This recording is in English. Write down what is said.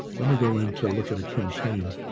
let me go in to look at a campaign.